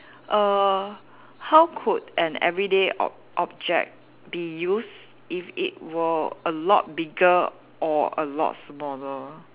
err how could an everyday ob~ object be used if it were a lot bigger or a lot smaller